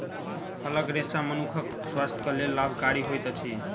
फलक रेशा मनुखक स्वास्थ्य के लेल लाभकारी होइत अछि